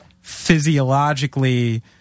physiologically